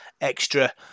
extra